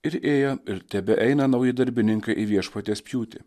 ir ėjo ir tebeeina nauji darbininkai į viešpaties pjūtį